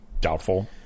Doubtful